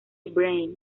brain